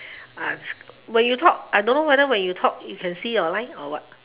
when you talk I don't know whether when you talk you can see your line or what